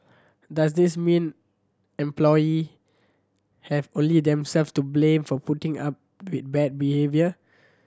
does this mean employee have only themselves to blame for putting up with bad behaviour